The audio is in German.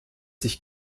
sich